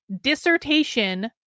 dissertation